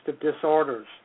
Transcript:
disorders